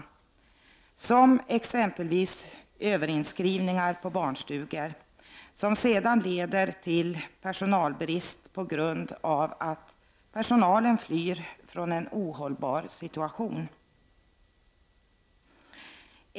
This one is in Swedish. Det är t.ex. överinskrivningar i barnstugor, som sedan leder till personalbrist på grund av att personalen flyr från en ohållbar situation.